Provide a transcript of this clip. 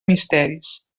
misteris